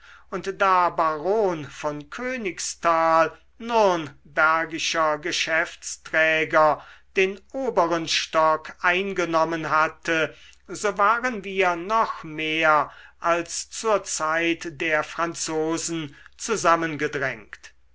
und da baron von königsthal nürnbergischer geschäftsträger den oberen stock eingenommen hatte so waren wir noch mehr als zur zeit der franzosen zusammengedrängt